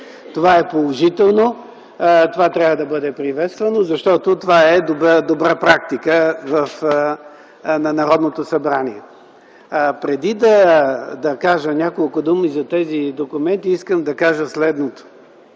Това е положително, това трябва да бъде приветствано, защото е добра практика на Народното събрание. Преди да кажа няколко думи за тези документи, искам да кажа следното: